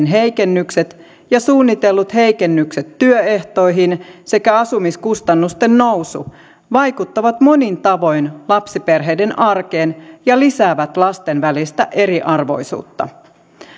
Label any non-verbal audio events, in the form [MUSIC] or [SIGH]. [UNINTELLIGIBLE] heikennykset ja suunnitellut heikennykset työehtoihin sekä asumiskustannusten nousu vaikuttavat monin tavoin lapsiperheiden arkeen ja lisäävät lasten välistä eriarvoisuutta